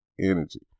energy